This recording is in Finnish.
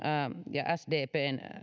ja sdpn